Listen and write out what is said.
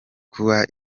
kuba